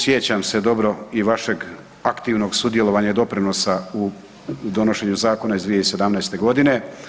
Sjećam se dobro i vašeg aktivnog sudjelovanja i doprinosa u donošenju zakona iz 2017. godine.